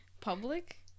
public